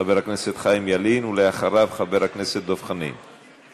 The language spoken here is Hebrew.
חבר הכנסת חיים ילין, ואחריו, חבר הכנסת דב חנין.